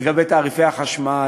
לגבי תעריפי החשמל,